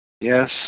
Yes